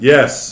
Yes